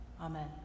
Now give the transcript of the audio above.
Amen